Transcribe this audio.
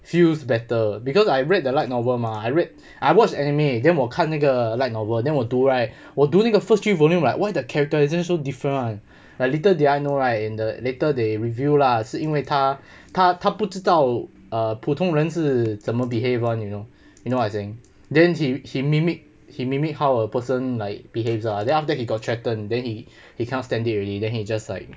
feels better because I read the light novel mah I read I watch anime then 我看那个 light novel then 我读 right 我读那个 first three volume like why the character isn't so different [one] like little did I know right in the later they reveal lah 是因为它他她不知道 err 普通人是怎么 behave lor you know you know what I saying then he he mimic he mimic how a person like behave lah then after that he got threaten then he he cannot stand it already then he just like